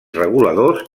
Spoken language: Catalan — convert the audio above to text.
reguladors